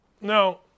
no